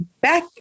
back